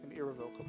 Irrevocable